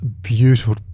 beautiful